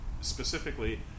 specifically